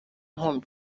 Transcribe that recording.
nkomyi